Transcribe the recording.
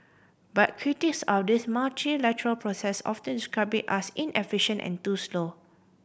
but critics of this process often describe it as inefficient and too slow